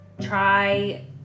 try